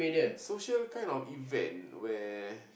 social kind of event